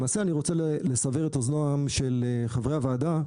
למעשה אני רוצה לסבר את אוזניהם של חברי הוועדה,